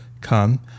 come